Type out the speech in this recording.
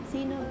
Sino